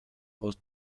aus